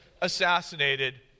assassinated